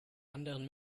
anderen